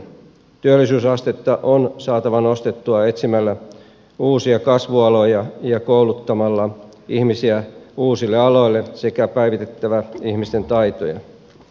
työllisyysastetta on saatava nostettua etsimällä uusia kasvualoja ja kouluttamalla ihmisiä uusille aloille sekä päivitettävä ihmisten taitoja